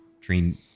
Dream